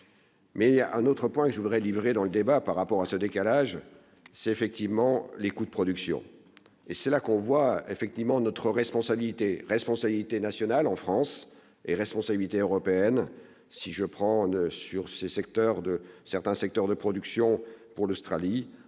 a un autre point je voudrais livrer dans le débat par rapport à ce décalage c'est effectivement les coûts de production, et c'est là qu'on voit effectivement notre responsabilité : responsabilité nationale en France et responsabilité européenne si je prends sur ce secteur de certains secteurs de production pour l'Australie,